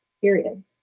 period